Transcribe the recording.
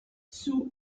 sue